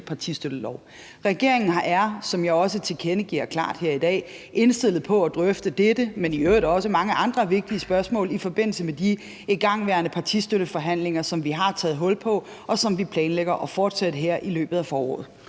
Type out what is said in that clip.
partistøttelov. Regeringen er, som jeg også tilkendegiver klart her i dag, indstillet på at drøfte dette, men i øvrigt også mange andre vigtige spørgsmål i forbindelse med de igangværende partistøtteforhandlinger, som vi har taget hul på, og som vi planlægger at fortsætte her i løbet af foråret.